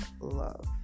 love